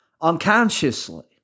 unconsciously